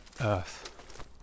earth